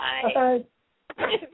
Bye